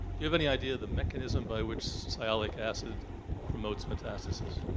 you have any idea of the mechanism by which sialic acid promotes metastasis?